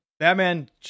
Batman